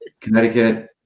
Connecticut